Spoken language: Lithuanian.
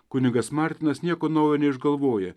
kunigas martinas nieko naujo neišgalvoja